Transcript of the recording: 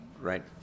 right